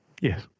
Yes